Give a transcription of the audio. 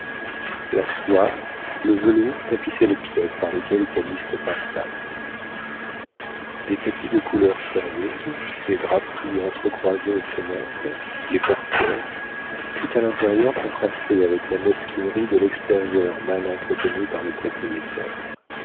la soie le velours tapissaient les pièces par lesquelles calyste passa des tapis de couleurs sérieuses des draperies entrecroisées aux fenêtres les portières tout à l'intérieur contrastait avec la mesquinerie de l'extérieur mal entretenu par le propriétaire